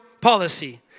policy